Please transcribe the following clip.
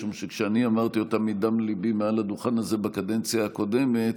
משום שאני אמרתי אותם מדם ליבי מעל הדוכן הזה בקדנציה הקודמת,